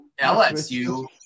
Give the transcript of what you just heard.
LSU